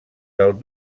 del